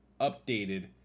updated